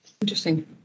Interesting